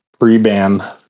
pre-ban